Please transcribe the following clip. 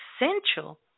essential